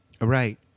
Right